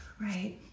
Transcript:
Right